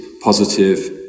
positive